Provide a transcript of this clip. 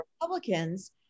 Republicans